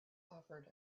offered